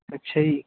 ਅੱਛਾ ਜੀ